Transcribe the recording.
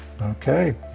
Okay